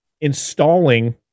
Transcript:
installing